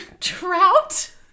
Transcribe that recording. Trout